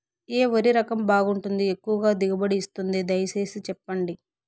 ఏ వరి రకం బాగుంటుంది, ఎక్కువగా దిగుబడి ఇస్తుంది దయసేసి చెప్పండి?